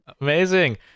Amazing